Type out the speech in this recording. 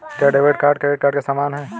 क्या debit card credit card के समान है?